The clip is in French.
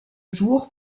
jour